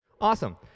Awesome